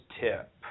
tip